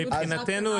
מבחינתנו,